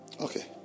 Okay